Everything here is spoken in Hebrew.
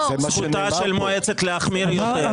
זכותה של מועצת להחמיר יותר.